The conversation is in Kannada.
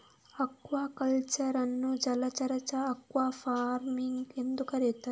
ಅಕ್ವಾಕಲ್ಚರ್ ಅನ್ನು ಜಲಚರ ಅಕ್ವಾಫಾರ್ಮಿಂಗ್ ಎಂದೂ ಕರೆಯುತ್ತಾರೆ